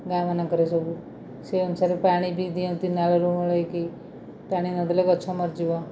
ଗାଁ ମାନଙ୍କରେ ସବୁ ସେଇ ଅନୁସାରେ ପାଣି ବି ଦିଅନ୍ତି ନାଳ ରୁ ମଡ଼ାଇକି ପାଣି ନଦେଲେ ଗଛ ମରିଯିବ